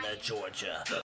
Georgia